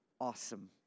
awesome